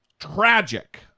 Tragic